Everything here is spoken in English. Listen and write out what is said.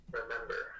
remember